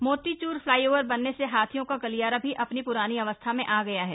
motichoor flyover बनने से हाथियों का गलियारा भी अपनी पूरानी अवस्था में आ गया है